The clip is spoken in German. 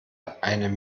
eine